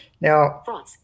now